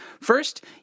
First